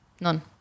None